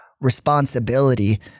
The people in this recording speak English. responsibility